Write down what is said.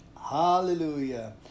hallelujah